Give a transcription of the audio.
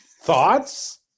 Thoughts